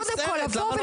קודם כל נבוא,